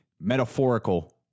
metaphorical